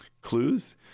clues